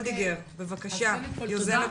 עוד בכנסת הקודמת -- תודה שהצטרפת.